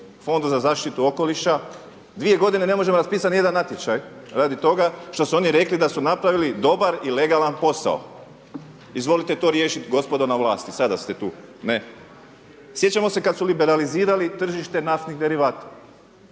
Fondu za zaštitu okoliša, dvije godine ne možemo raspisati nijedan natječaj radi toga što su oni rekli da su napravili dobar i legalan posao. Izvolite to riješiti gospodo na vlasti sada ste tu. Sjećamo se kada su liberalizirali tržište naftnih derivata,